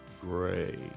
gray